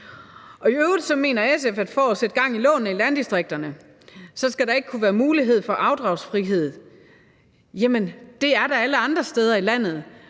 I øvrigt mener SF, at der for at sætte gang i lånene i landdistrikterne ikke skal kunne være mulighed for afdragsfrihed. Jamen det er der alle andre steder i landet.